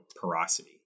porosity